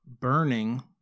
burning